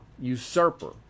Usurper